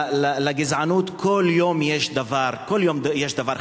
לגזענות כל יום יש דבר חדש.